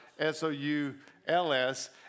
S-O-U-L-S